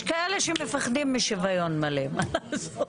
יש כאלה שמפחדים משוויון מלא, מה לעשות?